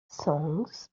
songs